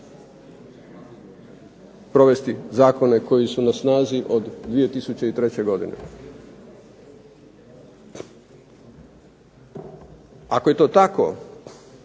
provesti zakone koji su na snazi od 2003. godine? Ako je to tako,